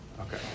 Okay